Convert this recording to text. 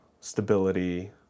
stability